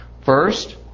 First